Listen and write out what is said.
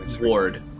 Ward